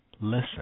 listen